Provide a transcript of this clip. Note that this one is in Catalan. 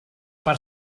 per